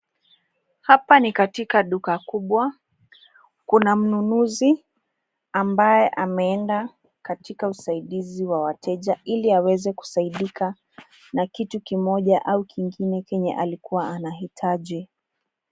Hapa ni katika duka kubwa. Kuna mnunuzi ambaye ameenda katika usaidizi wa wateja ili amweze kusaidika na kitu kimoja au kingine chenye alikua anahitaji.